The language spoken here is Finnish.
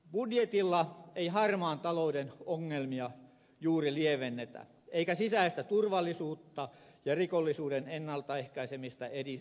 budjetilla ei harmaan talouden ongelmia juuri lievennetä eikä sisäistä turvallisuutta ja rikollisuuden ennalta ehkäisemistä edistetä